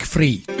Free